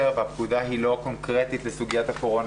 והיא לא קונקרטית לסוגיית הקורונה.